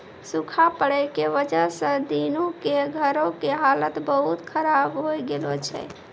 सूखा पड़ै के वजह स दीनू के घरो के हालत बहुत खराब होय गेलो छै